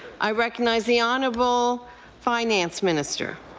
i recognize the honourable finance minister.